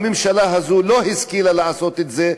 הממשלה הזאת לא השכילה לעשות את זה,